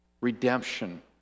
redemption